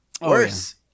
Worse